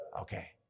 okay